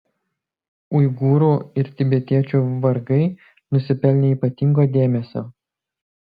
uigūrų ir tibetiečių vargai nusipelnė ypatingo dėmesio